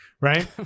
Right